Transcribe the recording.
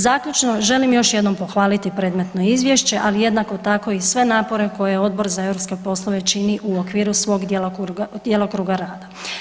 Zaključno, želim još jednom pohvaliti predmetno Izvješće, ali jednako tako i sve napore koje je Odbor za europske poslove čini u okviru svog djelokruga rada.